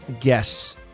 guests